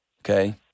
Okay